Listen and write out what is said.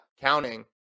counting